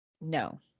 No